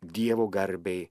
dievo garbei